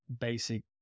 basic